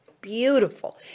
beautiful